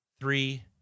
three